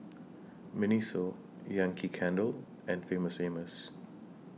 Miniso Yankee Candle and Famous Amos